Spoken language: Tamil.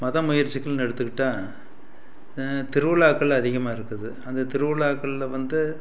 மதம் முயற்சிகள்னு எடுத்துக்கிட்டால் திருவிழாக்கள் அதிகமாக இருக்குது அந்த திருவிழாக்களில் வந்து